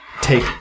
take